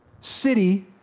city